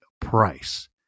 price